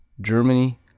Germany